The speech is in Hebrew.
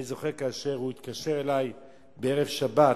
אני זוכר כאשר הוא התקשר אלי בערב שבת